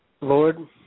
Lord